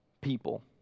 people